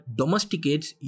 domesticates